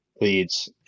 leads